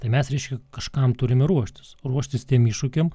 tai mes reiškia kažkam turime ruoštis ruoštis tiem iššūkiam